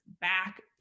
back